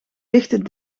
lichten